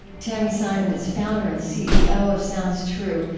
tami simon is founder and ceo of sounds true,